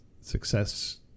Success